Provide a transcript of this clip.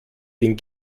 den